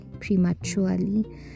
prematurely